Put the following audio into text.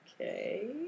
okay